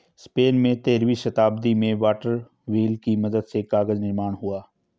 Spain में तेरहवीं शताब्दी में वाटर व्हील की मदद से कागज निर्माण हुआ